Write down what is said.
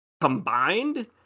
Combined